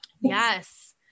Yes